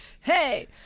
Hey